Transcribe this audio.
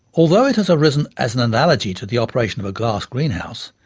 although it has arisen as an analogy to the operation of a glass greenhouse,